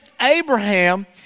Abraham